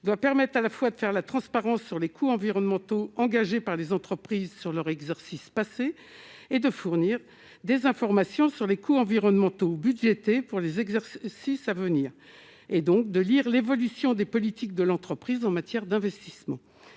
doit permettre à la fois de faire la transparence sur les coûts environnementaux engagés par les entreprises sur leur exercice passé et de fournir des informations sur les coûts environnementaux budgétés pour les exercer si à venir et donc de lire l'évolution des politiques de l'entreprise en matière d'investissement